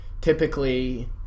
typically